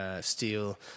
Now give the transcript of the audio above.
steel